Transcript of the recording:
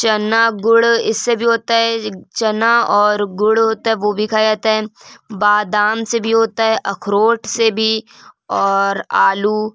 چنا گڑ اس سے بھی ہوتا ہے ایک چنا اور گڑ ہوتا ہے وہ بھی کھایا جاتا ہے بادام سے بھی ہوتا ہے اخروٹ سے بھی اور آلو